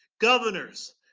governors